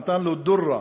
נתן לו דִרא,